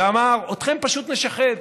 אמר: אתכם פשוט נשחד,